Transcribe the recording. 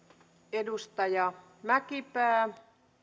edustaja mäkipää